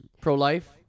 pro-life